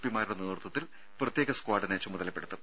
P മാരുടെ നേതൃത്വത്തിൽ പ്രത്യേക സ്ക്വാഡിനെ ചുമതലപ്പെടുത്തും